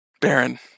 Baron